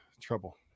trouble